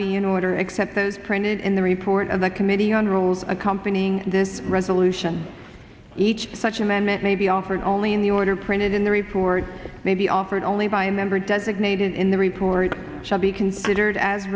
be in order except those printed in the report of the committee on rules accompanying this resolution each such amendment may be offered only in the order printed in the report may be offered only by a member does ignited in the report shall be considered as